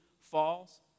falls